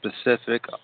specific